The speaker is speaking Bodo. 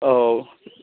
औ